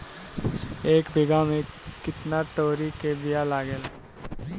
एक बिगहा में केतना तोरी के बिया लागेला?